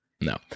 No